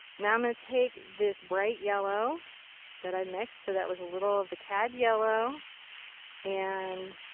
now i'm going to take this bright yellow that i mixed. so that was a little of the cad yellow and